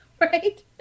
Right